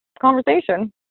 conversation